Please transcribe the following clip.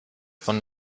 von